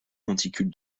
monticule